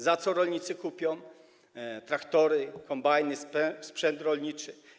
Za co rolnicy kupią traktory, kombajny, sprzęt rolniczy?